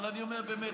אבל אני אומר באמת,